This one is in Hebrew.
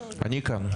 אני כאן.